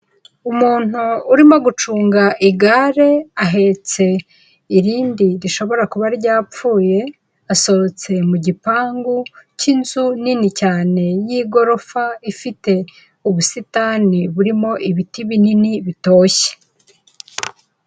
Umuntu urimo gucunga igare, ahetse irindi rishobora kuba ryapfuye, asohotse mu gipangu, cy'inzu nini cyane, y'igorofa ,ifite ubusitani, burimo ibiti binini, bitoshye.